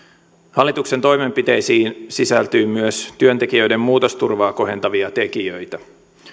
hallituksen toimenpiteisiin sisältyy myös työntekijöiden muutosturvaa kohentavia tekijöitä